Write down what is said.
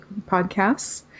podcasts